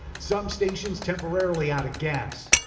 some stations temporarily out of gas.